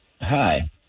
Hi